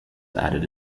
added